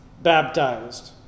baptized